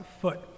foot